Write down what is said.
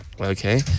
Okay